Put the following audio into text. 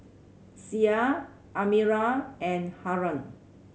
Syah Amirah and Haron